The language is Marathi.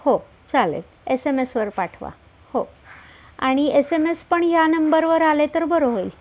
हो चालेल एस एम एसवर पाठवा हो आणि एस एम एस पण या नंबरवर आले तर बरं होईल